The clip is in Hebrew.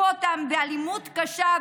הכו אותם באלימות קשה,